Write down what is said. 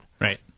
Right